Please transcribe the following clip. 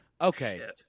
okay